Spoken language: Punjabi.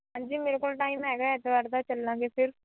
ਹਾਂਜੀ ਮੇਰੇ ਕੋਲ ਟਾਈਮ ਹੈਗਾ ਐਤਵਾਰ ਦਾ ਚੱਲਾਂਗੇ ਫਿਰ